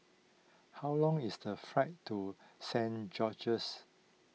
how long is the flight to Saint George's